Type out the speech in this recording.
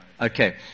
Okay